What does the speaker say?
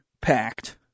packed